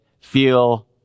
feel